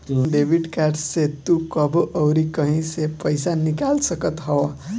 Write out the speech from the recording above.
debit card से तू कबो अउरी कहीं से पईसा निकाल सकत हवअ